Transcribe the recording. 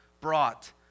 brought